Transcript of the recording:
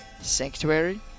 sanctuary